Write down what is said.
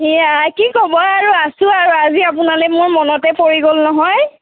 এ আই কি ক'ব আৰু আছোঁ আৰু আজি আপোনালে মোৰ মনতে পৰি গ'ল নহয়